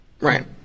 Right